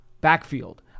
backfield